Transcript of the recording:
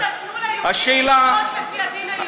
אתה יודע שהמוסלמים בעצמם נתנו ליהודים לשפוט לפי הדין היהודי.